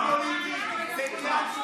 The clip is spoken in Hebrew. אבל גם לא ממושמעים.